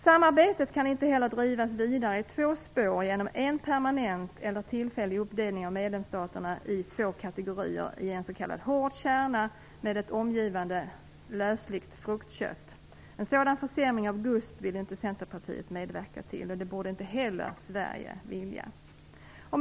Samarbetet kan inte heller drivas vidare i två spår genom en permanent eller tillfällig uppdelning av medlemsstaterna i två kategorier, i en s.k. hård kärna med ett omgivande lösligt fruktkött. En sådan försämring av GUSP vill inte Centerpartiet medverka till. Det borde inte heller Sverige vilja! Fru talman!